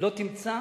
לא תמצא